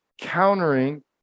countering